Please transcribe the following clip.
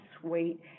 sweet